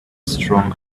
strong